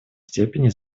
степени